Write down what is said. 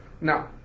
now